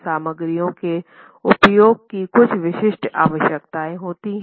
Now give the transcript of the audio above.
सामग्रियों के उपयोग की कुछ विशिष्ट आवश्यकताएं होती है